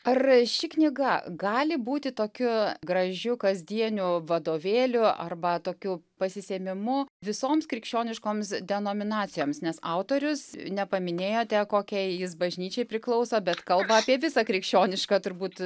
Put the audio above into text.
ar ši knyga gali būti tokiu gražiu kasdieniu vadovėliu arba tokiu pasisėmimu visoms krikščioniškoms denominacijoms nes autorius nepaminėjote kokiai jis bažnyčiai priklauso bet kalba apie visą krikščionišką turbūt